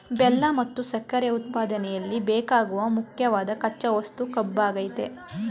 ಬೆಲ್ಲ ಮತ್ತು ಸಕ್ಕರೆ ಉತ್ಪಾದನೆಯಲ್ಲಿ ಬೇಕಾಗುವ ಮುಖ್ಯವಾದ್ ಕಚ್ಚಾ ವಸ್ತು ಕಬ್ಬಾಗಯ್ತೆ